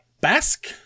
Basque